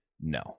No